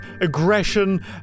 aggression